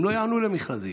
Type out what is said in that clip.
הם לא יענו למרכזים.